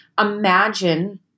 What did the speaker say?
Imagine